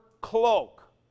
cloak